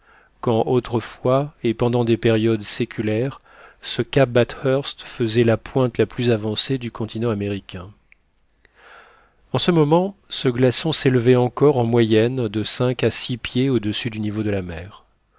quand autrefois et pendant des périodes séculaires ce cap bathurst faisait la pointe la plus avancée du continent américain en ce moment ce glaçon s'élevait encore en moyenne de cinq à six pieds au-dessus du niveau de la mer